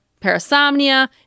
parasomnia